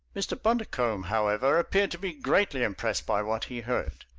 mr. bundercombe, however, appeared to be greatly impressed by what he heard.